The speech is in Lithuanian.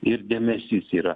ir dėmesys yra